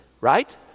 right